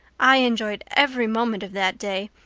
i enjoyed every moment of that day,